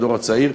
הדור הצעיר.